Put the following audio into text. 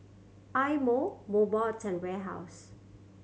Eye Mo Mobot and Warehouse